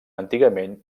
antigament